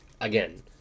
again